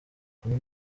kumi